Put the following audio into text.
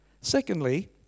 Secondly